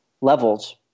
levels